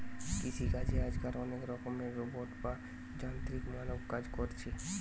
কৃষি চাষে আজকাল অনেক রকমের রোবট বা যান্ত্রিক মানব কাজ কোরছে